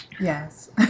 Yes